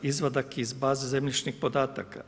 Izvadak iz baze zemljišnih podataka?